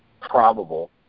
probable